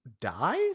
die